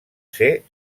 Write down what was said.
ser